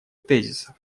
тезисов